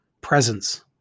presence